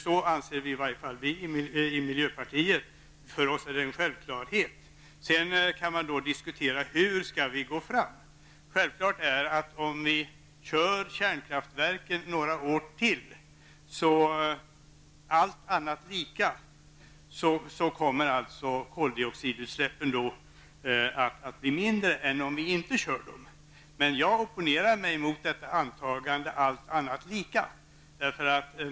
Det anser i varje fall vi i miljöpartiet. För oss är det en självklarhet. Sedan kan man diskutera hur vi skall gå fram. Självklart är att om vi kör kärnkraftverken några år till, så kommer -- allt annat lika -- koldioxidutsläppen att bli mindre än om vi inte kör dem. Jag opponerar mig emellertid mot antagandet ''allt annat lika''.